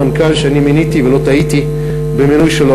המנכ"ל שמיניתי ולא טעיתי במינוי שלו,